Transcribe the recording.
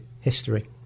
History